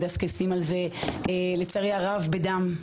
מדסקסים על זה לצערי הרב בדם,